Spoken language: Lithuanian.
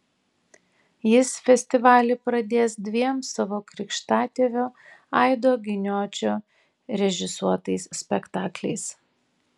jis festivalį pradės dviem savo krikštatėvio aido giniočio režisuotais spektakliais